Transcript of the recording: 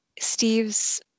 Steve's